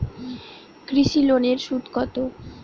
কৃষি লোনের সুদ কত?